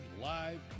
live